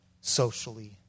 socially